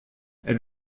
elle